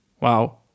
Wow